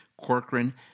Corcoran